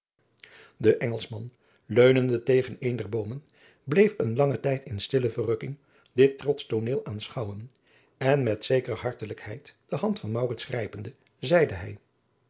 de engelschman leunende tegen een der boomen bleef adriaan loosjes pzn het leven van maurits lijnslager een langen tijd in stille verrukking dit trotsch tooneel aanschouwen en met zekere hartelijkheid de hand van maurits grijpende zeide hij